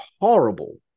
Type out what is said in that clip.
horrible